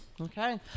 Okay